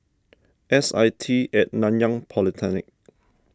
S I T at Nanyang Polytechnic